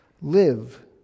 live